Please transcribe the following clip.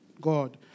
God